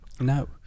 No